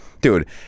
Dude